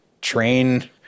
train